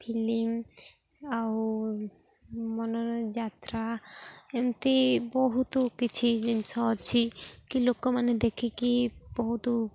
film ଆଉ ମନୋରଞ୍ଜନ ଯାତ୍ରା ଏମିତି ବହୁତ କିଛି ଜିନିଷ ଅଛି କି ଲୋକମାନେ ଦେଖିକି ବହୁତ